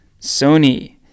Sony